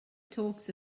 talks